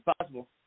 possible